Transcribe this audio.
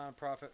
nonprofit